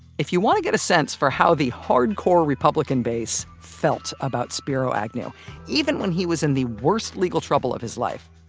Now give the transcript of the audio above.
if you want to get a sense for how the hardcore republican base felt about spiro agnew even when he was in the worst legal trouble of his life,